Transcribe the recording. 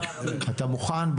אבל אתה מוכן,